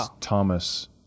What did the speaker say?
Thomas